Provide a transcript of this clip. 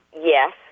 yes